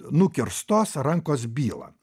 nukirstos rankos bylą